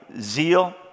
Zeal